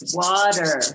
water